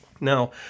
Now